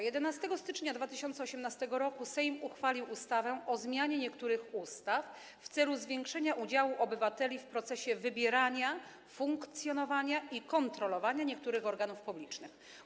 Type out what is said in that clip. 11 stycznia 2018 r. Sejm uchwalił ustawę o zmianie niektórych ustaw w celu zwiększenia udziału obywateli w procesie wybierania, funkcjonowania i kontrolowania niektórych organów publicznych.